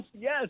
yes